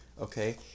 okay